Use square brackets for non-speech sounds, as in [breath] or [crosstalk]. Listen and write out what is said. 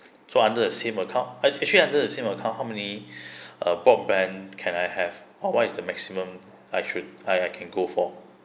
so under the same account uh actually under the same account how many [breath] uh broadband can I have or what is the maximum I should I I can go for